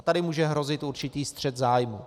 Tady může hrozit určitý střet zájmů.